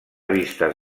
vistes